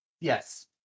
yes